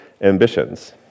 ambitions